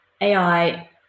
AI